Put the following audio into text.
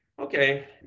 okay